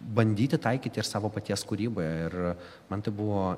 bandyti taikyti ir savo paties kūryboje ir man tai buvo